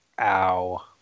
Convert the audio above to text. Ow